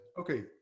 okay